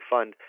Fund